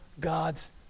God's